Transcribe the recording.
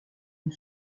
une